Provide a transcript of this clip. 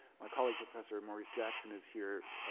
my colleague, professor maurice jackson is here.